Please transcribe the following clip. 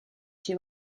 two